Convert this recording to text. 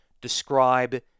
describe